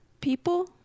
people